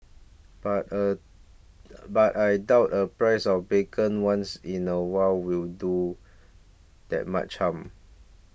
but a but I doubt a price of bacon once in a while will do that much harm